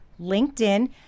LinkedIn